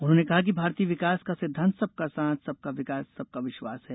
उन्होंने कहा कि भारतीय विकास का सिद्धांत सबका साथ सबका विकास सबका विश्वास है